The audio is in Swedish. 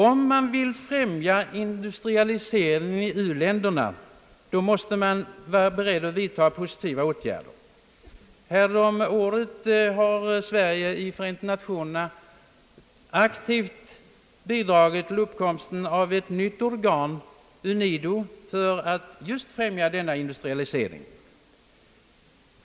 Om man vill främja industrialisering i u-länderna måste man vara beredd att vidta positiva åtgärder. Häromåret bidrog Sverige i Förenta Nationerna aktivt till uppkomsten av ett nytt organ, UNIDO, just för att främja denna industrialisering.